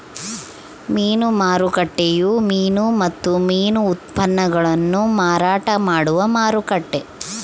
ಮೀನು ಮಾರುಕಟ್ಟೆಯು ಮೀನು ಮತ್ತು ಮೀನು ಉತ್ಪನ್ನಗುಳ್ನ ಮಾರಾಟ ಮಾಡುವ ಮಾರುಕಟ್ಟೆ